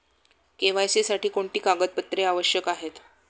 KYC साठी कोणती कागदपत्रे आवश्यक आहेत?